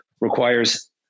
requires